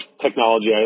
technology